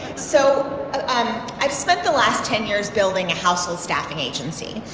so i've spent the last ten years building a household staffing agency.